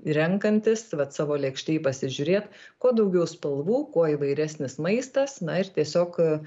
renkantis vat savo lėkštėj pasižiūrėt kuo daugiau spalvų kuo įvairesnis maistas na ir tiesiog